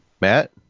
Matt